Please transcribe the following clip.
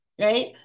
right